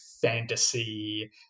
fantasy